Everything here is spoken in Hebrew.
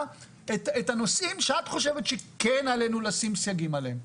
את הנושאים שאת חושבת שכן עלינו לשים סייגים עליהם.